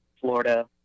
Florida